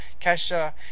Kesha